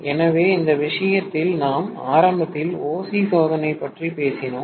எனவே இந்த விஷயத்தில் நாம் ஆரம்பத்தில் OC சோதனை பற்றி பேசினார்